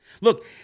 Look